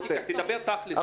תעזוב סמנטיקה, תדבר תכלס.